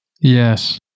Yes